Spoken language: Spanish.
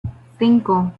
cinco